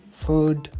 food